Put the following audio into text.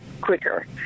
quicker